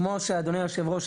כמו שאדוני היושב-ראש,